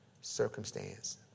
circumstance